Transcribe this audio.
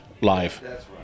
live